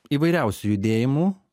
įvairiausių judėjimų